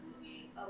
movie